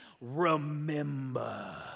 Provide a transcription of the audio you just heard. remember